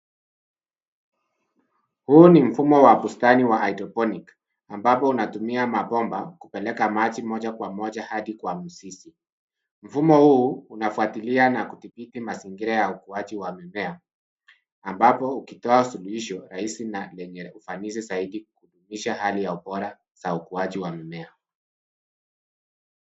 Huu ni mfumo wa bustani wa haidroponiki ambapo unatumia mabomba kupeleka maji moja kwa moja hadi kwa mizizi. Mfumo huu unafuatilia na kudhibiti mazingira ya ukuaji wa mimea, ambapo ukitoa suluhisho rahisi na lenye ufanisi zaidi kudumisha hali ya ubora na ukuaji wa mimea.